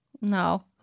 No